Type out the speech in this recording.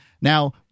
Now